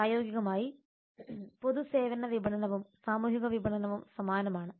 പ്രായോഗികമായി പൊതു സേവന വിപണനവും സാമൂഹിക വിപണനവും സമാനമാണ്